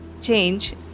change